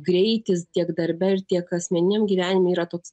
greitis tiek darbe ir tiek asmeniniam gyvenime yra toks